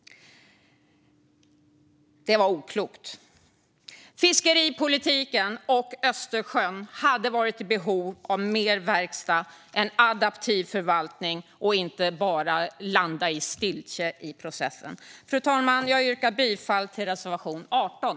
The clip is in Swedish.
Det var oklokt. Fiskeripolitiken och Östersjön hade gagnats av mer verkstad och en adaptiv förvaltning i stället för att bara landa i stiltje i processen. Fru talman! Jag yrkar bifall till reservation 18.